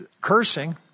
cursing